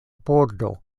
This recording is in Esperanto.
pordo